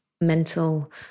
mental